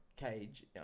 cage